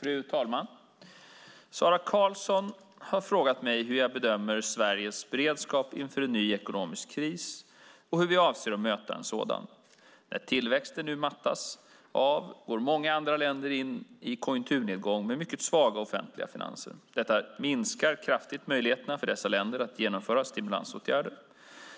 Fru talman! Sara Karlsson har frågat mig hur jag bedömer Sveriges beredskap inför en ny ekonomisk kris och hur vi avser att möta en sådan. När tillväxten nu mattas av går många andra länder in i konjunkturnedgången med mycket svaga offentliga finanser. Detta minskar kraftigt möjligheterna för dessa länder att genomföra stimulansåtgärder.